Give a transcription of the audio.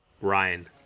Ryan